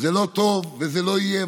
זה לא טוב, וזה לא יהיה.